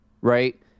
Right